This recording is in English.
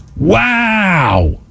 wow